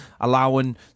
allowing